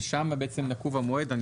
ושמה נקוב המועד.